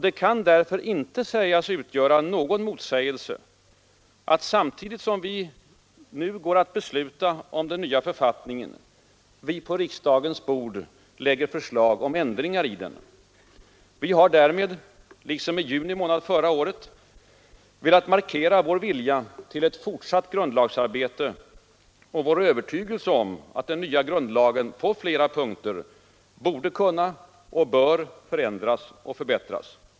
Det kan därför inte sägas utgöra någon motsägelse att, samtidigt som vi nu går att besluta om den nya författningen, vi på riksdagens bord lägger förslag om ändringar i denna. Vi har därmed — liksom i juni månad förra året — velat markera vår vilja till ett fortsatt grundlagsarbete och vår övertygelse om att den nya grundlagen på flera punkter borde kunna och bör förändras och förbättras.